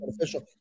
official